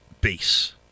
base